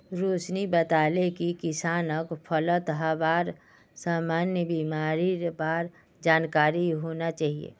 रोशिनी बताले कि किसानक फलत हबार सामान्य बीमारिर बार जानकारी होना चाहिए